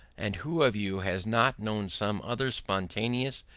and who of you has not known some other spontaneous,